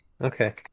Okay